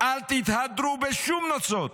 אל תתהדרו בשום נוצות.